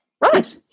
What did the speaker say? Right